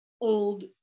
old